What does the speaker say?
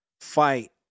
fight